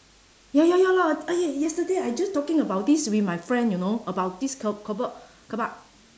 ya ya ya lah eh yesterday I just talking about this with my friend you know about this ke~ kebab kebab